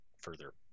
further